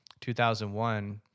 2001